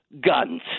guns